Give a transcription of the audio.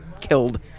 killed